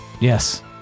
Yes